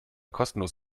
kostenlos